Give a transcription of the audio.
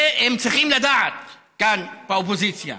והם צריכים לדעת כאן, באופוזיציה: